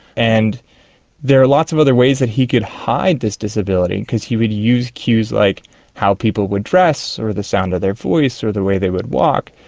and there were lots of other ways that he could hide this disability because he would use cues like how people would dress or the sound of their voice or the way they would walk.